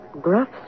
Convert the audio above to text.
gruff